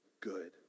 good